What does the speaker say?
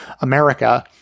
America